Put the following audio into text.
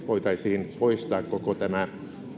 voitaisiin poistaa koko tämä